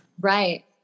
right